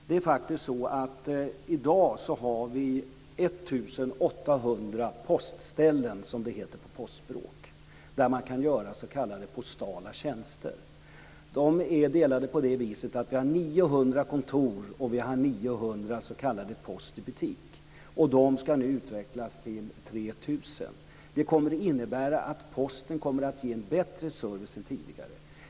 Det är faktiskt så att i dag har vi 1 800 postställen, som det heter på postspråk, där man kan göra s.k. postala tjänster. De är fördelade på det viset att vi har 900 kontor och 900 s.k. post-ibutik. De ska nu utvecklas till att bli 3 000. Det kommer att innebära att Posten kommer att ge en bättre service än tidigare.